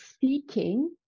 seeking